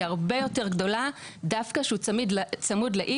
הרבה יותר גדולה דווקא שהוא צמוד לעיר,